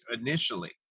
initially